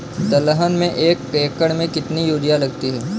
दलहन में एक एकण में कितनी यूरिया लगती है?